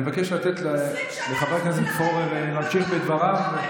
אני מבקש לתת לחבר הכנסת פורר להמשיך את דבריו.